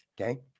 Okay